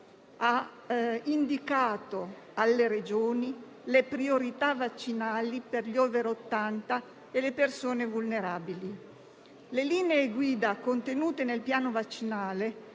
ha indicato alle Regioni le priorità vaccinali per gli *over* 80 e le persone vulnerabili. Le linee guida contenute nel piano vaccinale